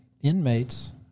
inmates